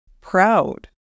proud